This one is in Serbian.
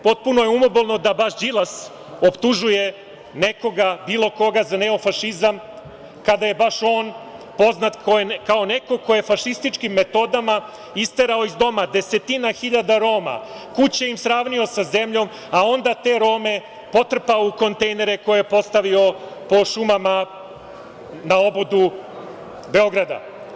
Potpuno je umobolno da baš Đilas optužuje nekoga, bilo koga, za neofašizam kada je baš on poznat kao neko ko je fašističkim metodama isterao iz doma desetine hiljada Roma, kuće im sravnio sa zemljom, a onda te Rome potrpao u kontejnere koje je postavio po šumama na obodu Beograda.